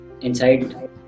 inside